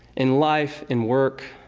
in life, in work,